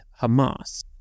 Hamas